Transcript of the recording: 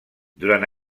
durant